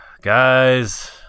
Guys